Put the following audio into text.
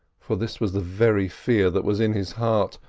for this was the very fear that was in his heart,